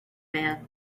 man